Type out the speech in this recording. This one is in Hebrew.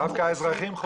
רק האזרחים חוטפים.